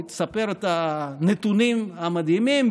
היא תספר על הנתונים המדהימים,